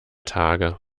tage